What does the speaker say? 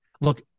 look